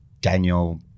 daniel